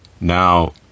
Now